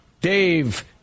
Dave